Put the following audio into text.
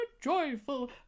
joyful